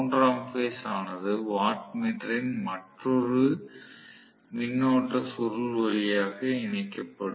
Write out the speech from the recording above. மூன்றாம் பேஸ் ஆனது வாட் மீட்டரின் மற்றொரு மின்னோட்ட சுருள் வழியாக இணைக்கப்படும்